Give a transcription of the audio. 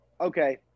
okay